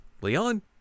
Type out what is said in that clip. Leon